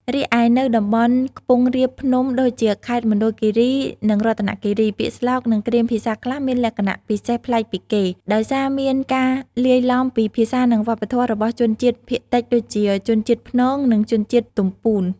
រីឯនៅតំបន់ខ្ពង់រាបភ្នំដូចជាខេត្តមណ្ឌលគិរីនិងរតនគិរី ពាក្យស្លោកនិងគ្រាមភាសាខ្លះមានលក្ខណៈពិសេសប្លែកពីគេ ដោយសារមានការលាយឡំពីភាសានិងវប្បធម៌របស់ជនជាតិភាគតិចដូចជា ជនជាតិព្នង និងជនជាតិទំពូន។